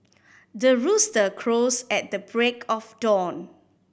the rooster crows at the break of dawn